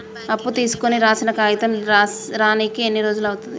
అప్పు తీసుకోనికి రాసిన కాగితం రానీకి ఎన్ని రోజులు అవుతది?